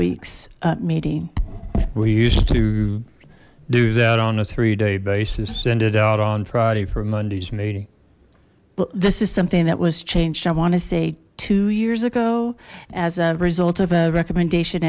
week's meeting we used to do that on a three day basis send it out on friday for monday's meeting well this is something that was changed i want to say two years ago as a result of a recommendation